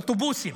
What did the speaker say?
אוטובוסים,